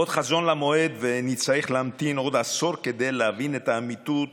עוד חזון למועד ונצטרך להמתין עוד עשור כדי להבין את האמיתות